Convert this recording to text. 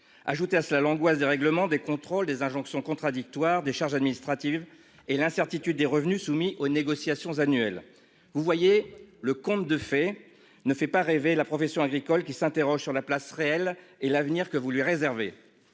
Ajoutez à cela l'angoisse de règlements des contrôles des injonctions contradictoires des charges administratives et l'incertitude des revenus soumis aux négociations annuelles. Vous voyez le conte de fées ne fait pas rêver la profession agricole qui s'interroge sur la place réelle et l'avenir que vous lui réservez